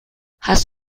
hast